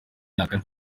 bafite